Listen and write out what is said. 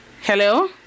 Hello